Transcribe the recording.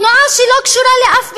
תנועה שלא קשורה לאף פיגוע.